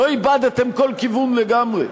לא איבדתם כל כיוון לגמרי,